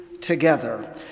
together